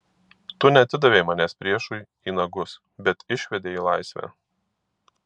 tu neatidavei manęs priešui į nagus bet išvedei į laisvę